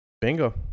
Bingo